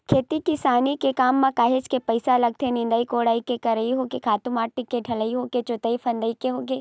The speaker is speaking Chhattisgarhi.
खेती किसानी के काम म काहेच के पइसा लगथे निंदई कोड़ई के करई होगे खातू माटी के डलई होगे जोतई फंदई के होगे